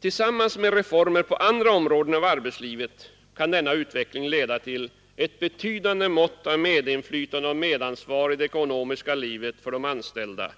Tillsammans med reformer på andra områden av arbetslivet kan denna utveckling leda till ett betydande mått av medinflytande och medansvar i det ekonomiska livet för de anställda